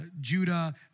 Judah